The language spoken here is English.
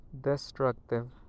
destructive